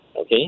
Okay